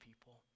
people